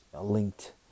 linked